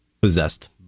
possessed